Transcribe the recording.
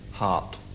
heart